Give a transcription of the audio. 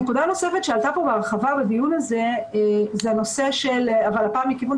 נקודה נוספת שעלתה כאן בהרחבה היא הנושא של תאונות